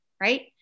right